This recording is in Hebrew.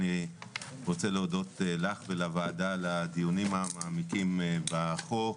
אני רוצה להודות לך ולוועדה על הדיונים המעמיקים בחוק.